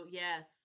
yes